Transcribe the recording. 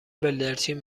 بلدرچین